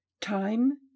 Time